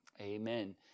Amen